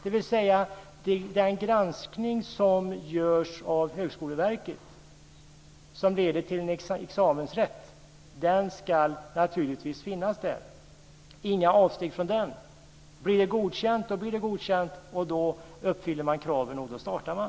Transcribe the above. Den granskning som görs av Högskoleverket, som leder till examensrätt, ska naturligtvis finnas där; inga avsteg från den. Blir det godkänt så blir det godkänt. Då uppfyller man kraven, och då startar man.